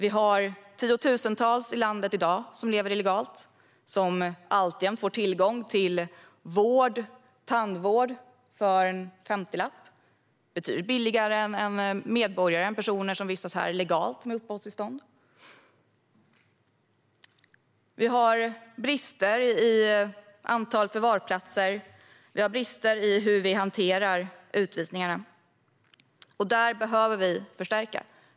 Vi har i dag tiotusentals människor i landet som lever här illegalt och alltjämt får tillgång till vård och tandvård för en 50-lapp. Det är betydligt billigare än för medborgare och personer som vistas här legalt, med uppehållstillstånd. Vi har brister i antal förvarsplatser och brister i hur vi hanterar utvisningarna. Där behöver vi förstärka.